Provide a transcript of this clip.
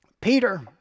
Peter